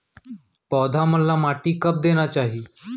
पौधा मन ला माटी कब देना चाही?